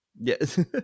Yes